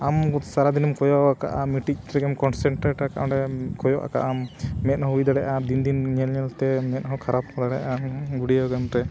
ᱟᱢ ᱥᱟᱨᱟᱫᱤᱱᱮᱢ ᱠᱚᱭᱚᱜ ᱟᱠᱟᱫᱼᱟ ᱢᱤᱫᱴᱤᱡ ᱨᱮᱜᱮᱢ ᱠᱚᱱᱥᱮᱱᱴᱨᱮᱴ ᱟᱠᱟᱫ ᱚᱸᱰᱮ ᱠᱚᱭᱚᱜ ᱟᱠᱟᱜ ᱟᱢ ᱢᱮᱫ ᱦᱚᱸ ᱦᱩᱭ ᱫᱟᱲᱮᱭᱟᱜᱼᱟ ᱫᱤᱱ ᱫᱤᱱ ᱧᱮᱞ ᱧᱮᱞ ᱛᱮ ᱢᱮᱫ ᱦᱚᱸ ᱠᱷᱟᱨᱟᱯ ᱫᱟᱲᱮᱭᱟᱜᱼᱟ ᱵᱷᱤᱰᱤᱭᱳ ᱜᱮᱢ ᱨᱮ